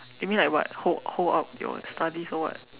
you mean like what hold hold up your studies or what